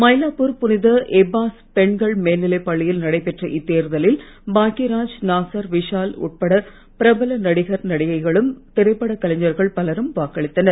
மைலாப்பூர் புனித எப்பாஸ் பெண்கள் மேல்நிலைப் பள்ளியில் நடைபெற்ற இத்தேர்தலில் பாக்யராஜ் நாசர் விஷால் உட்பட பிரபல நடிகர் நடிகைகளும் திரைப்பட கலைஞர்கள் பலரும் வாக்களித்தனர்